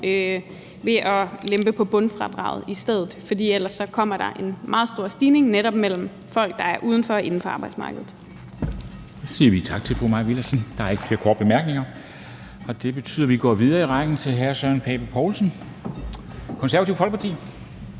ved at lempe på bundfradraget i stedet, for ellers kommer der en meget stor forskel netop mellem folk, der er uden for og inde på arbejdsmarkedet. Kl. 15:25 Formanden : Så siger vi tak til fru Mai Villadsen. Der er ikke flere korte bemærkninger, og det betyder, at vi går videre i ordførerrækken til hr. Søren Pape Poulsen, Det Konservative Folkeparti.